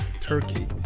Turkey